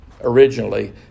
originally